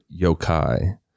yokai